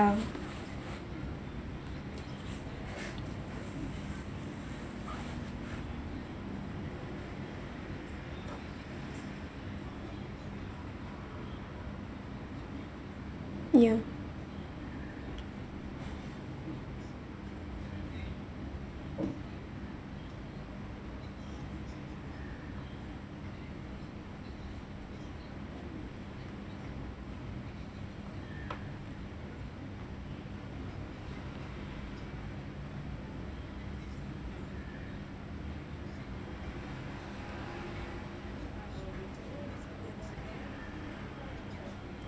yeah